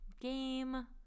game